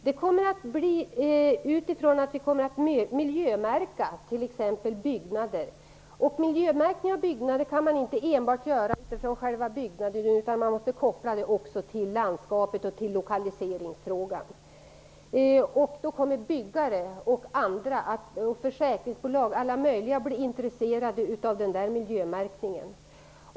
Vi kommer t.ex. att miljömärka byggnader. Miljömärkning av byggnader kan man inte enbart göra utifrån själva byggnaden, utan man måste också koppla den till landskapet och till lokaliseringsfrågan. Då kommer byggare, försäkringsbolag och andra att bli intresserade av denna miljömärkning.